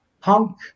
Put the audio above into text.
punk